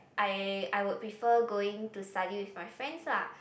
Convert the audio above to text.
I I would prefer going to study with my friends ah